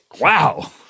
Wow